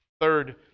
Third